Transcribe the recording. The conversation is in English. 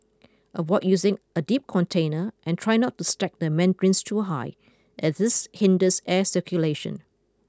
avoid using a deep container and try not to stack the mandarins too high as this hinders air circulation